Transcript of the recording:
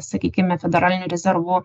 sakykime federalinių rezervų